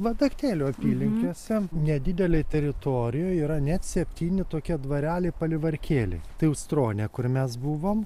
vadaktėlių apylinkėse nedidelėj teritorijoj yra net septyni tokie dvareliai palivarkėliai tai ūstronė kur mes buvom